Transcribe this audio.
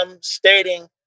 stating